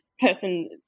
person